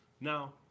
Now